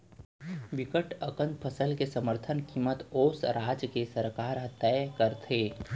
बिकट अकन फसल के समरथन कीमत ओ राज के सरकार ह तय करथे